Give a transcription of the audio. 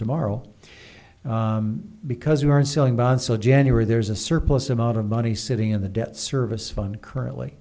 tomorrow because we aren't selling bonds so january there is a surplus amount of money sitting in the debt service fund currently